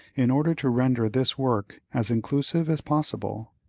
in order to render this work as inclusive as possible.